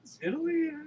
Italy